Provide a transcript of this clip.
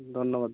ধন্যবাদ